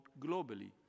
globally